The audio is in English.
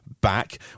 back